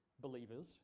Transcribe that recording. believers